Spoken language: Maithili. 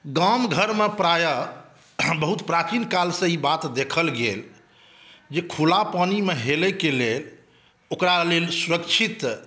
गाम घरमे प्रायः बहुत प्राचीन कालसे ई बात देखल गेल जे खुला पानिमे हेलैके लेल ओकरा लेल सुरक्षित